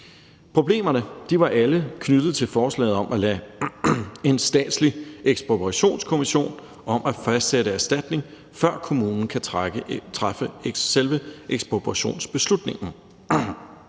Problemerne var alle knyttet til forslaget om at lade en statslig ekspropriationskommission om at fastsætte erstatning, før kommunen kan træffe selve ekspropriationsbeslutningen.